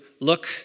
look